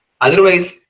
Otherwise